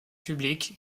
public